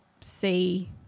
see